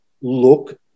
look